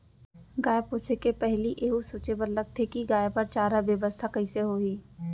गाय पोसे के पहिली एहू सोचे बर लगथे कि गाय बर चारा बेवस्था कइसे होही